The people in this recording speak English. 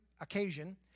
occasion